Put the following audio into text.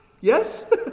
Yes